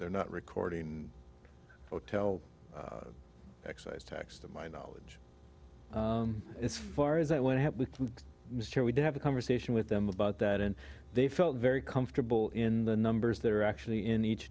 they're not recording hotel excise tax to my knowledge as far as i want to have with mr we did have a conversation with them about that and they felt very comfortable in the numbers they're actually in each